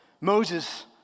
Moses